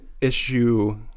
issue